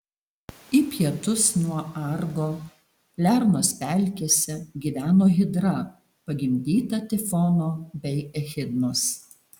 į pietus nuo argo lernos pelkėse gyveno hidra pagimdyta tifono bei echidnos